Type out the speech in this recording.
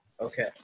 Okay